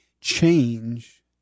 change